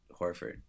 Horford